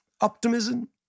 optimism